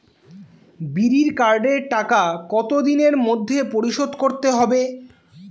বিড়ির কার্ডের টাকা কত দিনের মধ্যে পরিশোধ করতে হবে?